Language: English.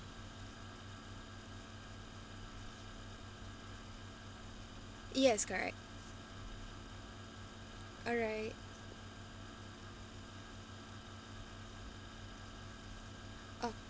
yes correct alright